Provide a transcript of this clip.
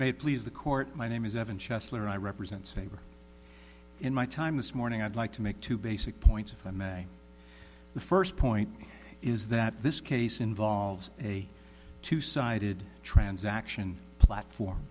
may please the court my name is evan chesler i represent saber in my time this morning i'd like to make two basic points if i may the first point is that this case involves a two sided transaction platform